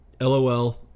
LOL